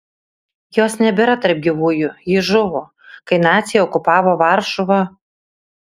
jos nebėra tarp gyvųjų ji žuvo kai naciai okupavo varšuvą